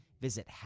Visit